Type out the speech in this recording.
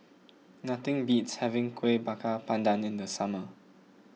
nothing beats having Kuih Bakar Pandan in the summer